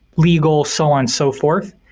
legal, so on, so forth.